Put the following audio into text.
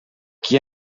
qui